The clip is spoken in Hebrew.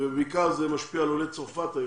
ובעיקר זה משפיע על עולי צרפת היום.